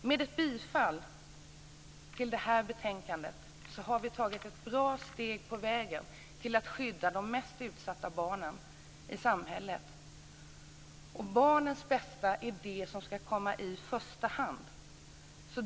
Med ett bifall till förslagen i det här betänkandet har vi tagit ett stort steg på vägen till att skydda de mest utsatta barnen i samhället. Barnets bästa är det som ska komma i första hand.